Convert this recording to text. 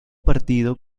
partido